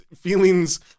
feelings